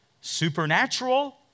Supernatural